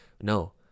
No